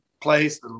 place